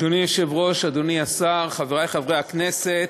אדוני היושב-ראש, אדוני השר, חברי חברי הכנסת,